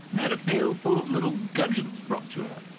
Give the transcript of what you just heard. and had a pail full of little gudgeons brought to her.